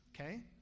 okay